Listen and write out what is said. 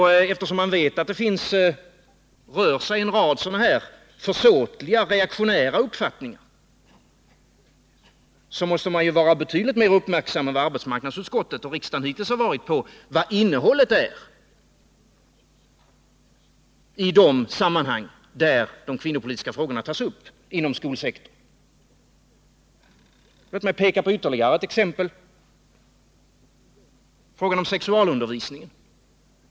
Eftersom man vet att det finns en rad sådana här försåtliga reaktionära uppfattningar, måste man vara betydligt mer uppmärksam än arbetsmarknadsutskottet och riksdagen hittills har varit på vad innehållet är i de sammanhang där kvinnopolitiska frågor tas upp inom skolsektorn. Låt mig peka på ytterligare ett exempel, nämligen sexualundervisningen.